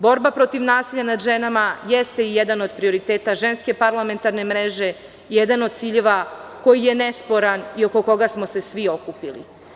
Borba protiv nasilja nad ženama jeste jedan od prioriteta Ženske parlamentarne mreže, jedan od ciljeva koji je nesporan i oko koga smo se svi okupili.